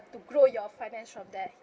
to grow your finance from there